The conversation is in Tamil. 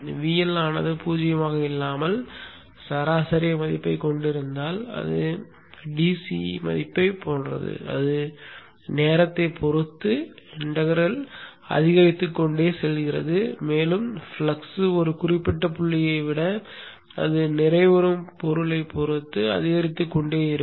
VL ஆனது 0 ஆக இல்லாமல் சராசரி மதிப்பைக் கொண்டிருந்தால் அது DC மதிப்பைப் போன்றது அது நேரத்தை பொறுத்து இண்டெக்ரலை அதிகரித்துக்கொண்டே செல்கிறது மேலும் ஃப்ளக்ஸ் ஒரு குறிப்பிட்ட புள்ளியை விட அது நிறைவுறும் பொருளைப் பொறுத்து அதிகரித்துக்கொண்டே இருக்கும்